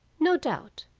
no doubt,